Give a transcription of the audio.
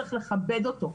צריך לכבד אותו.